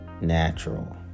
natural